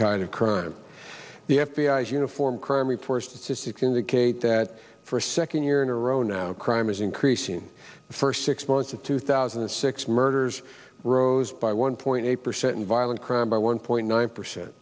of crime the f b i is uniform crime reports to six indicate that for a second year in a row now crime is increasing first six months of two thousand and six murders rose by one point eight percent in violent crime by one point nine percent